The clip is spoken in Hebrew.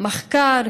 מחקר,